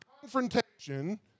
confrontation